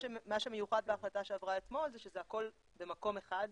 מה שמיוחד בהחלטה שעברה אתמול זה שהכול במקום אחד,